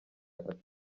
ati